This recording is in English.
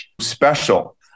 special